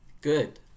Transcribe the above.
good